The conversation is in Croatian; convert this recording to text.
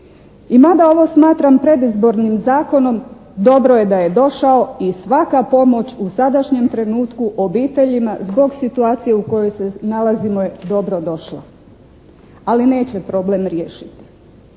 I mada ovo smatram predizbornim zakonom dobro je da je došao i svaka pomoć u sadašnjem trenutku obiteljima zbog situacije u kojoj se nalazimo je dobrodošla. Ali neće problem riješiti.